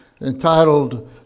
entitled